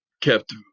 kept